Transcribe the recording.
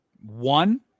One